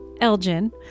Elgin